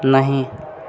नहि